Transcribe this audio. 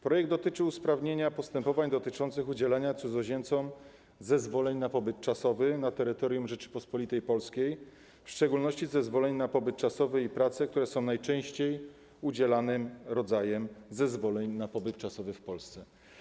Projekt dotyczy usprawnienia postępowań w sprawie udzielania cudzoziemcom zezwoleń na pobyt czasowy na terytorium Rzeczypospolitej Polskiej, w szczególności zezwoleń na pobyt czasowy i pracę, które są najczęściej udzielanym rodzajem zezwoleń na pobyt czasowy w Polsce.